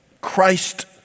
Christ